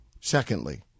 Secondly